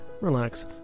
relax